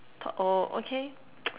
thought oh okay